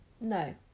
No